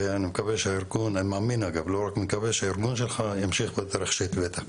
אני מקווה ומאמין שהארגון שלך ימשיך בדרך שהתווית.